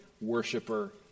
worshiper